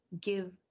give